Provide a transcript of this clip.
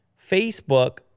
Facebook